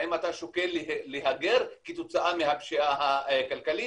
האם אתה שוקל להגר כתוצאה מהפשיעה הכלכלית?